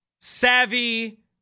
savvy